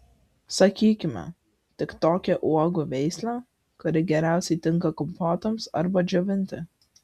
sakykime tik tokią uogų veislę kuri geriausiai tinka kompotams arba džiovinti